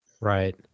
Right